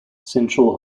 central